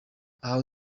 aho